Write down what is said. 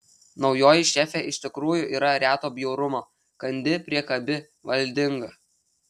naujoji šefė iš tikrųjų yra reto bjaurumo kandi priekabi valdinga